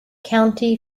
county